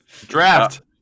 Draft